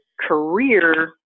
career